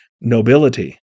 nobility